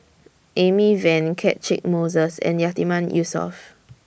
Amy Van Catchick Moses and Yatiman Yusof